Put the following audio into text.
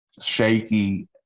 shaky